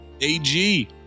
AG